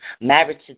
marriage